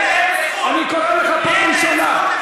אני קורא אותך פעם ראשונה.